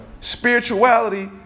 Spirituality